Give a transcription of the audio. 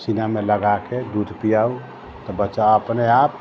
सीनामे लगाकऽ दूध पियाउ तऽ बच्चा अपने आप